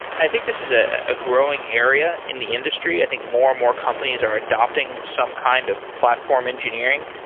i think this is a ah growing area in the industry. i think more and more companies are adapting some kind of platform engineering.